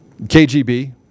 KGB